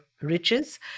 riches